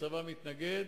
הצבא מתנגד,